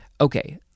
Okay